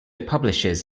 publishes